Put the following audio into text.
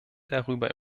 darüber